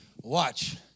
Watch